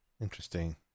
interesting